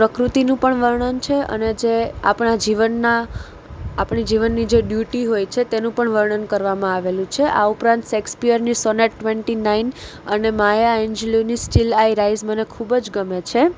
પ્રકૃતિનું પણ વર્ણન છે અને જે આપણાં જીવનના આપણી જીવનની જે ડ્યૂટિ હોય છે તેનું પણ વર્ણન કરવામાં આવેલું છે આ ઉપરાંત સેક્સપિયરની સોનેટ ટ્વેન્ટી નાઇન અને માયા એન્જિલોની સ્ટીલ આઈ રાઇસ મને ખૂબ જ ગમે છે